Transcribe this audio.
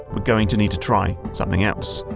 we're going to need to try something else.